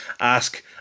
ask